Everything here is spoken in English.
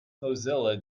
mozilla